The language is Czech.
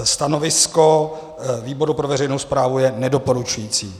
Stanovisko výboru pro veřejnou správu je nedoporučující.